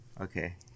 Okay